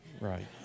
right